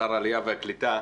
שר העלייה והקליטה,